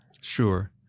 Sure